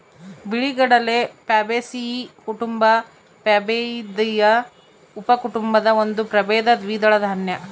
ಬಿಳಿಗಡಲೆ ಪ್ಯಾಬೇಸಿಯೀ ಕುಟುಂಬ ಪ್ಯಾಬಾಯ್ದಿಯಿ ಉಪಕುಟುಂಬದ ಒಂದು ಪ್ರಭೇದ ದ್ವಿದಳ ದಾನ್ಯ